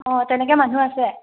অঁ তেনেকে মানুহ আছে